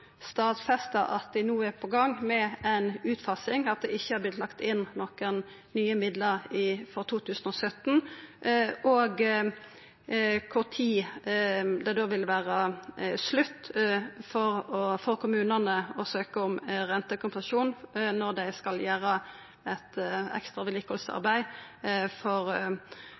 stadfesta at dei no er i gang med ei utfasing, og at det ikkje har vorte lagt inn nokre nye midlar for 2017. Og kva tid vil det da vera slutt for kommunane å søkja om rentekompensasjon når dei skal gjera eit ekstra vedlikehaldsarbeid for